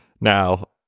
Now